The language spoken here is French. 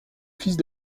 fils